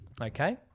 Okay